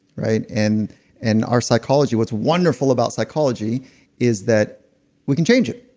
right? and and our psychology, what's wonderful about psychology is that we can change it.